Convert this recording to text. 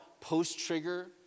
post-trigger